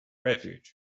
refuge